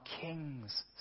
king's